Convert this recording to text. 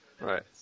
right